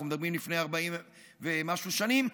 אנחנו מדברים על לפני 40 ומשהו שנים,